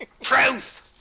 Truth